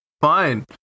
fine